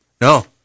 No